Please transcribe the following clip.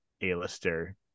A-lister